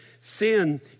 Sin